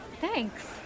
thanks